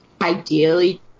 ideally